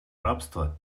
рабства